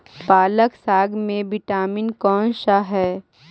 पालक साग में विटामिन कौन सा है?